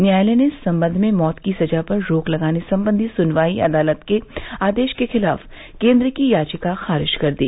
न्यायालय ने इस संबंध में मौत की सजा पर रोक लगाने संबंधी सुनवाई अदालत के आदेश के खिलाफ केन्द्र की याचिका खारिज कर दी